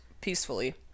peacefully